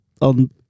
on